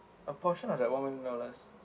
a portion of that one million dollars